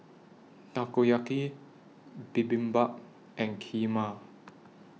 Takoyaki Bibimbap and Kheema